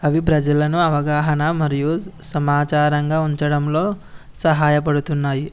అవి ప్రజలను అవగాహన మరియు సమాచారంగా ఉంచడంలో సహాయ పడుతున్నాయి